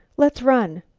let's run.